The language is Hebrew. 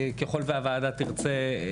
ככול והוועדה תרצה,